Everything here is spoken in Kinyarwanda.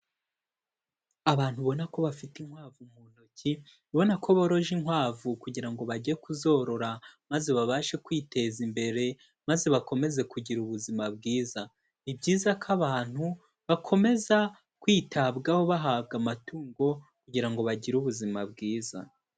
Abantu ubona ko bafite inkwavu mu ntoki, ubona ko boroje inkwavu kugira ngo bajye kuzorora maze babashe kwiteza imbere, maze bakomeze kugira ubuzima bwiza, ni byiza ko abantu bakomeza kwitabwaho bahabwa amatungo kugira ngo bagire ubuzima bwiza.